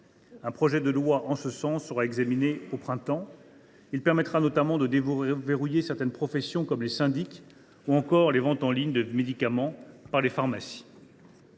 Un projet de loi en ce sens sera examiné au printemps prochain. Il permettra de déverrouiller certaines professions, comme les syndics, ou encore de favoriser la vente en ligne de médicaments par les pharmacies.